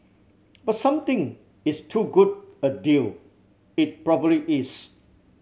but something is too good a deal it probably is